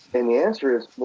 and the answer is,